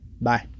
bye